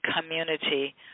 community